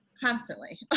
constantly